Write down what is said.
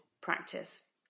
practice